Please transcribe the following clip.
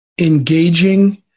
engaging